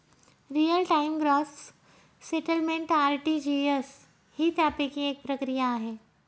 real time gross settlement RTGS ही त्यापैकी एक प्रक्रिया आहे